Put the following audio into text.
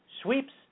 sweeps